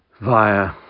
via